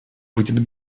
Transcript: будет